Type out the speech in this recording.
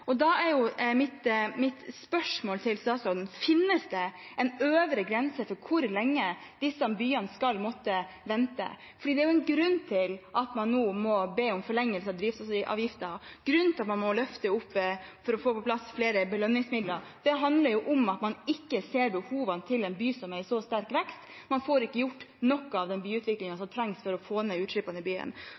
Da er mitt spørsmål til statsråden: Finnes det en øvre grense for hvor lenge disse byene skal måtte vente? Det er en grunn til at man nå må be om forlengelse av drivstoffavgiften, grunn til at man må løfte det opp for å få på plass flere belønningsmidler. Det handler om at man ikke ser behovene til en by som er i så sterkt vekst, og ikke får gjort noe av byutviklingen som trengs for å få ned utslippene i byen.